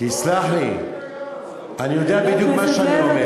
תסלח לי, אני יודע בדיוק מה שאני אומר.